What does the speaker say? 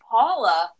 Paula